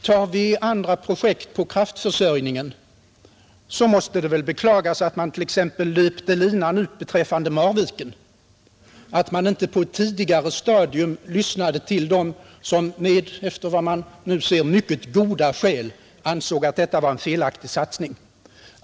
Tar vi andra projekt på kraftförsörjningens område, måste det beklagas att man t.ex. löpte linan ut beträffande Marviken, att man inte på ett tidigare stadium lyssnade till dem som med, efter vad man nu ser, mycket goda skäl ansåg att detta var en felaktig satsning.